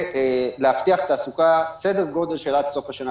ולהבטיח תעסוקה עד סוף השנה.